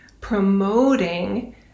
promoting